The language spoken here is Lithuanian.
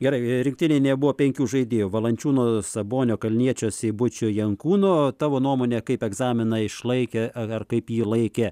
gerai rinktinėj nebuvo penkių žaidėjų valančiūno sabonio kalniečio seibučio jankūno tavo nuomone kaip egzaminą išlaikė ar kaip jį laikė